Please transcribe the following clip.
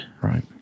Right